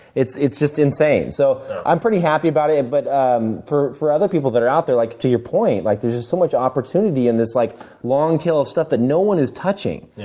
it's it's just insane. so i'm pretty happy about it. but um for for other people that are out there, like to your point, like there's just so much opportunity in this like long tail of stuff that no one is touching.